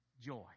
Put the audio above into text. joy